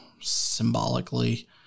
symbolically